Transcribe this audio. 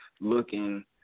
looking